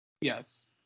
Yes